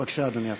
בבקשה, אדוני השר.